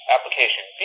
Application